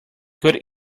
good